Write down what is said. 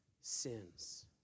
sins